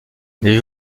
n’avez